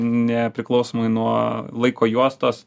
nepriklausomai nuo laiko juostos